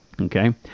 okay